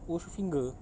wushu finger